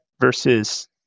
versus